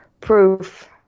proof